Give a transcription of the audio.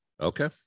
Okay